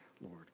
Lord